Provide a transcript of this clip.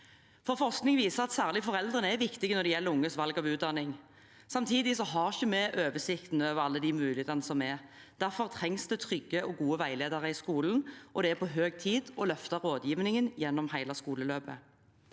Forskning viser at særlig foreldrene er viktige når det gjelder unges valg av utdanning. Samtidig har vi ikke oversikten over alle mulighetene som er der. Derfor trengs det trygge og gode veiledere i skolen, og det er på høy tid å løfte rådgivningen gjennom hele skoleløpet.